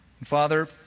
Father